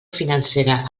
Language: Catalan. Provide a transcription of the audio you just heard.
financera